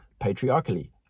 patriarchally